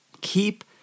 keep